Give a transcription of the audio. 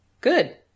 Good